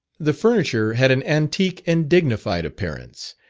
the furniture had an antique and dignified appearance.